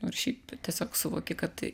nu ir šiaip tiesiog suvoki kad tai